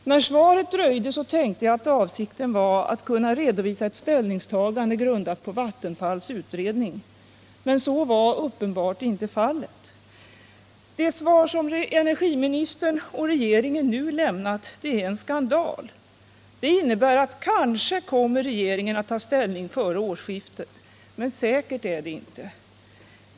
När svaret dröjde så tänkte jag att avsikten var att kunna redovisa ett ställningstagande grundat på Vattenfalls utredning. Men så var uppenbart inte fallet. Det svar som energiministern och regeringen nu lämnat är en skandal. Det innebär att regeringen kanske kommer att ta ställning före årsskiftet, men säkert är det inte.